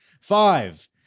Five